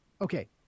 Okay